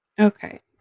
okay